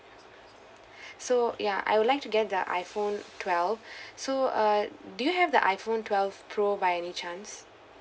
so ya I would like to get the iphone twelve so uh do you have the iphone twelve pro by any chance